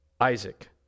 Isaac